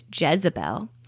Jezebel